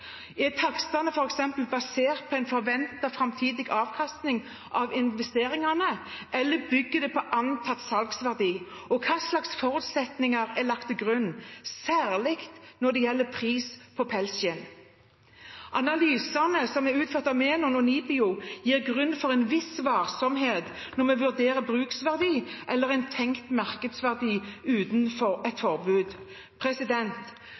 Er takstene f.eks. basert på en forventet framtidig avkastning av investeringene, eller bygger de på antatt salgsverdi? Hva slags forutsetninger er lagt til grunn, særlig når det gjelder pris på pelsskinn? Analysene som er utført av Menon og NIBIO, gir grunn til en viss varsomhet når vi vurderer bruksverdi eller en tenkt markedsverdi uten et